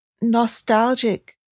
nostalgic